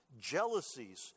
jealousies